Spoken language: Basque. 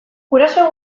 gurasoen